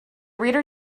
reader